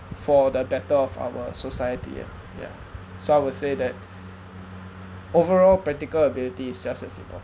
for the better of our society ah yeah so I will say that overall practical ability is just as important